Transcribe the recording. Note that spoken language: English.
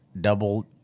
double